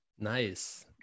nice